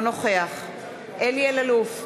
אינו נוכח אלי אלאלוף,